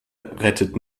rettet